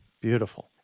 beautiful